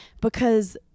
because-